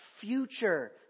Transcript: future